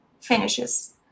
finishes